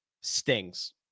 stings